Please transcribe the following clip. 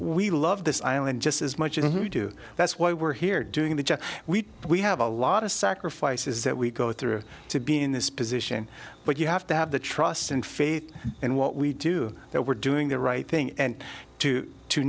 we love this island just as much as we do that's why we're here doing the job we we have a lot of sacrifices that we go through to be in this position but you have to have the trust and faith in what we do that we're doing the right thing and to to